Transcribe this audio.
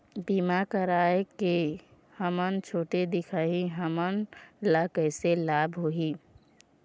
बीमा कराए के हम छोटे दिखाही हमन ला कैसे लाभ होही?